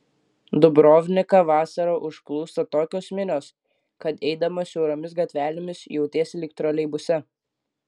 dubrovniką vasarą užplūsta tokios minios kad eidamas siauromis gatvelėmis jautiesi lyg troleibuse